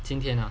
今天 ah